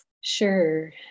sure